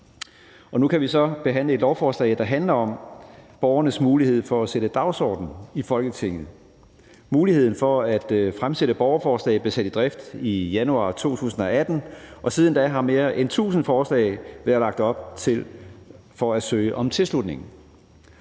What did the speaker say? Nu kan vi så behandle et lovforslag, der handler om borgernes mulighed for at sætte dagsordenen i Folketinget. Muligheden for at fremsætte borgerforslag blev sat i drift i januar 2018. Og siden da er mere end tusind forslag blevet lagt op for at søge om tilslutning,